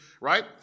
right